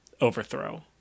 overthrow